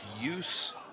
use